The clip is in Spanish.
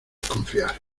confiar